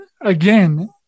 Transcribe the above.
again